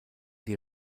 die